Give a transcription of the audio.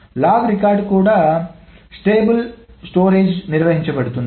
log record కూడా స్థిరమైన స్టోరేజ్లో నిర్వహించబడుతుంది